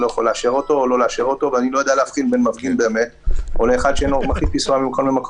התפקיד של המשטרה הוא לא רק להגיד מה לא,